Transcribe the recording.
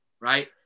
right